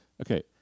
okay